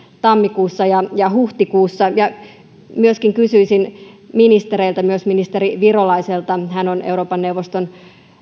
tammikuussa ja huhtikuussa myöskin kysyisin ministereiltä myös ministeri virolaiselta joka on euroopan neuvoston